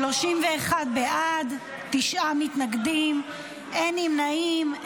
31 בעד, תשעה מתנגדים, אין נמנעים.